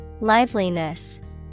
Liveliness